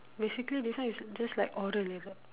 basically this one is just like oral like that